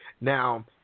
Now